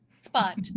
spot